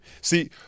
See